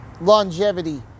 longevity